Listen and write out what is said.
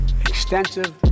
extensive